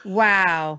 wow